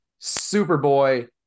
Superboy